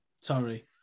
Sorry